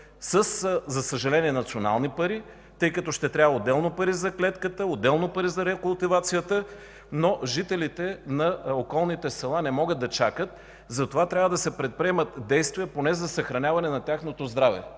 за съжаление, с национални пари, тъй като трябва отделно пари за клетката, отделно пари за рекултивацията. Жителите на околните села обаче не могат да кажат и трябва да се предприемат действия поне за съхраняване на тяхното здраве.